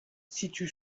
situe